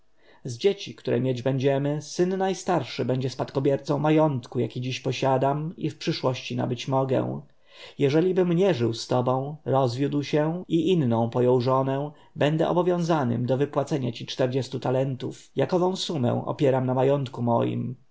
dzieci które mieć będziemy syn najstarszy będzie spadkobiercą majątku jaki dziś posiadam i w przyszłości nabyć mogę jeżelibym nie żył z tobą rozwiódł się i inną pojął żonę będę obowiązanym do wypłacenia ci czterdziestu talentów jakową sumę opieram na majątku moim